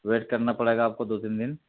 wait کرنا پڑے گا آپ کو دو تین دِن